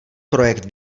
projekt